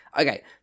okay